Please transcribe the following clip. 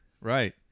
right